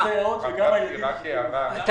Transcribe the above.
אתה